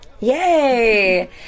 Yay